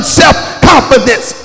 self-confidence